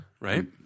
right